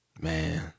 Man